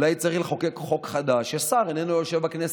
אולי צריך לחוקק חוק חדש, ששר איננו יושב בכנסת,